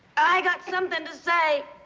got something to say.